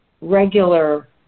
regular